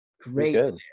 great